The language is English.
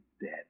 dead